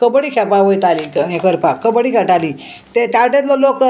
कबड्डी खेळपाक वयताली हें करपाक कबड्डी खेयटाली त्या वटेंतलो लोक